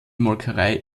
molkerei